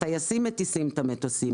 טייסים מטיסים את המטוסים.